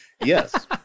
yes